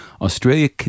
Australia